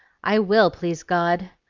i will, please god!